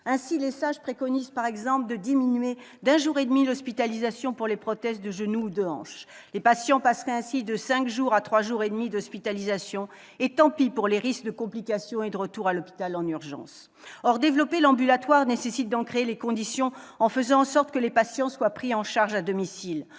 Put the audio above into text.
Ainsi, les sages préconisent, par exemple, de diminuer d'un jour et demi l'hospitalisation pour les prothèses de genou ou de hanche. Les patients passeraient ainsi de 5 à 3 jours et demi d'hospitalisation, et tant pis pour les risques de complication et de retour à l'hôpital en urgence ! Or développer l'ambulatoire nécessite d'en créer les conditions en faisant en sorte que les patients soient pris en charge à domicile.